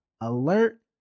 Alert